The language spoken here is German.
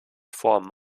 formen